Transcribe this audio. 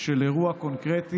של אירוע קונקרטי,